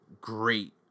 great